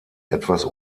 etwas